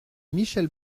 michèle